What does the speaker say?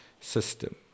system